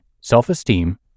self-esteem